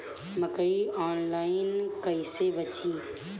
मकई आनलाइन कइसे बेची?